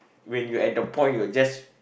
when you at the point you are just